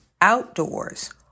outdoors